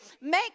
make